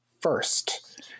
first